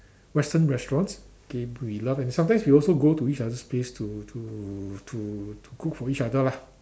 Western restaurants okay we love it and sometimes we also go to each other's place to to to to cook for each other lah